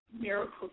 Miracle